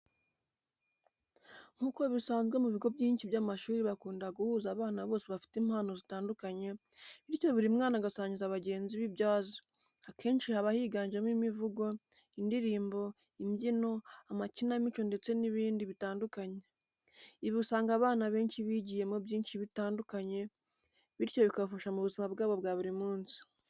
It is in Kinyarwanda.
Nk'uko bisanzwe mu bigo byinshi by'amashuri bakunda guhuza abana bose bafite impano zitandukanye, bityo buri mwana agasangiza bagenzi be ibyo azi, akenshi haba higanjemo: imivugo, indirimbo, imbyino, amakinamico ndetse n'ibindi bitandukanye, ibi usanga abana benshi bigiyemo byinshi bitandukanye bityo bikabafasha mu buzima bwabo bwa buri munsi.